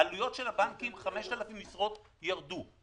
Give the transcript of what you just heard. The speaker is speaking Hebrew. העלויות של הבנקים 5,000 משרות ירדו.